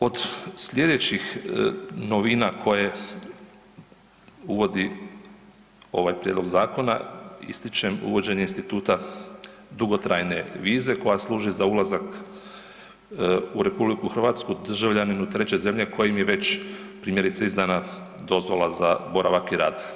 Od slijedećih novina koje uvodi ovaj prijedlog zakona ističem uvođenje instituta dugotrajne vize koja služi za ulazak u RH državljaninu treće zemlje kojem je već primjerice izdana dozvola za boravak i rad.